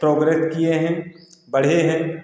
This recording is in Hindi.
प्रोग्रेस किए हैं बढ़े हैं